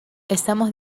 estamos